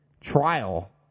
trial